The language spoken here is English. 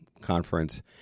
conference